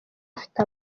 bafite